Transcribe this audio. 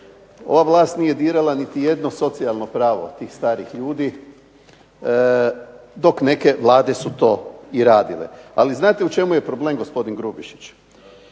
Ova vlast nije dirala niti jedno socijalno pravo tih starih ljudi, dok neke Vlade su to i radile. Ali znate u čemu je problem, gospodin Grubišić?